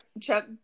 chuck